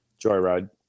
Joyride